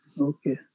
okay